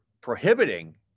prohibiting